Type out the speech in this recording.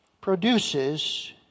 produces